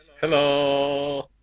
Hello